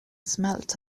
smelt